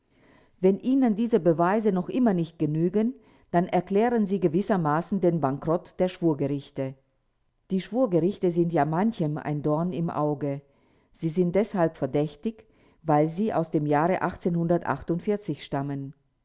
wenn ihnen diese beweise noch immer nicht genügen dann erklären sie gewissermaßen den bankerott der schwurgerichte die schwurgerichte sind ja manchem ein dorn im auge sie sind deshalb verdächtig weil sie aus dem jahre stammen